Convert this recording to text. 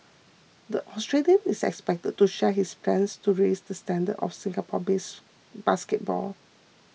the Australian is expected to share his plans to raise the standards of Singapore base basketball